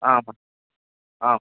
ஆ ஆமாம் ஆ